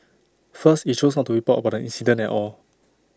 first IT chose not to report about the incident at all